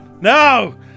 No